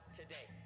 today